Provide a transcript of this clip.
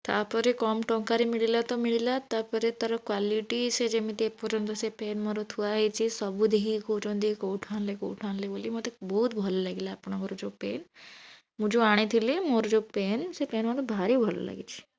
ତା'ପରେ କମ୍ ଟଙ୍କାରେ ମିଳିଲା ତ ମିଳିଲା ତା'ପରେ ତା'ର କ୍ଵାଲିଟି ସେ ଯେମିତି ଏପର୍ଯ୍ୟନ୍ତ ସେ ପେନ୍ ମୋର ଥୁଆ ହୋଇଛି ସବୁ ଦେଖିକି କହୁଛନ୍ତି କେଉଁଠୁ ଆଣିଲେ କେଉଁଠୁ ଆଣିଲେ ବୋଲି ମୋତେ ବହୁତ ଭଲ ଲାଗିଲା ଆପଣଙ୍କର ଯେଉଁ ପେନ୍ ମୁଁ ଯେଉଁ ଆଣିଥିଲି ମୋର ଯେଉଁ ପେନ୍ ସେ ପେନ୍ ମୋତେ ଭାରି ଭଲ ଲାଗିଛି